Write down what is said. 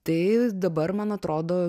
tai dabar man atrodo